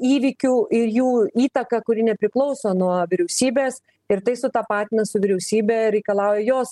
įvykių ir jų įtaka kuri nepriklauso nuo vyriausybės ir tai sutapatina su vyriausybe reikalauja jos